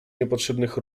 niepotrzebnych